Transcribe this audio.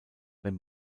wenn